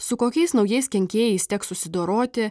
su kokiais naujais kenkėjais teks susidoroti